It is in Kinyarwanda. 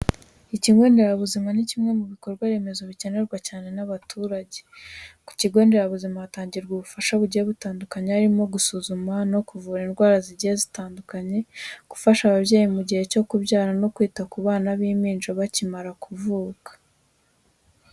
Ikigo nderabuzima ni kimwe mu bikorwa remezo bikenerwa cyane n'abaturage. Ku kigo nderabuzima hatangirwa ubufasha bugiye butandukanye harimo gusuzuma no kuvura indwara zigiye zitandukanye, gufasha ababyeyi mu gihe cyo kubyara no kwita ku bana b'impinja bakimara kuvuka.